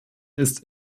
ist